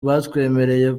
batwemereye